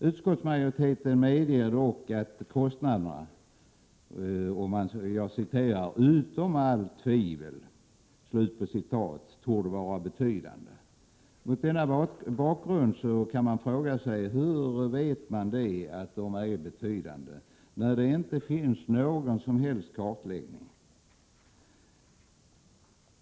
Utskottsmajoriteten medger dock att det torde vara ställt ”utom allt tvivel” att kostnaderna är betydande. Mot denna bakgrund kan man fråga sig: Hur vet man att de är betydande, när det inte finns någon som helst kartläggning?